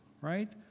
right